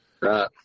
Right